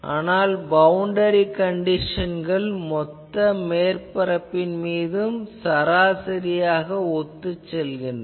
ஆனால் பவுண்டரி கண்டிஷன்கள் மொத்த மேற்பரப்பின் மீதும் சராசரியாக ஒத்துச் செல்கின்றன